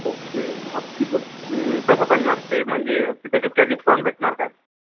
okay दहा kilo कसं पडणार ते म्हणजे त्याच्यात काय डिस्काउंट भेटणार काय